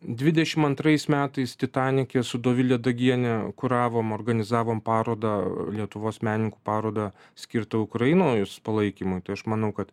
dvidešimt antrais metais titanike su dovile dagiene kuravom organizavom parodą lietuvos menininkų parodą skirtą ukrainos palaikymui tai aš manau kad